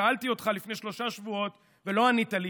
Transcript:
שאלתי אותך לפני שלושה שבועות ולא ענית לי,